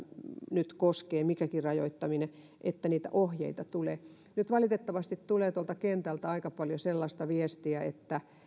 nyt koskee mikäkin rajoittaminen niitä ohjeita tulee nyt valitettavasti tulee tuolta kentältä aika paljon sellaista viestiä että